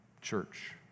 Church